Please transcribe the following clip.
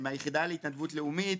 מהיחידה להתנדבות לאומית,